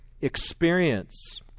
experience